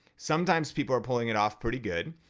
sometimes people are pulling it off pretty good.